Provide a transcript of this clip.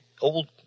old